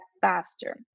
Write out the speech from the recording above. faster